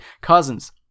Cousins